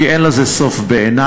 כי אין לזה סוף בעיני.